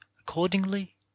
Accordingly